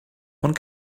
one